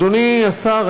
אדוני השר,